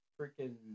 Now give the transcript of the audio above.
freaking